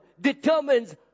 determines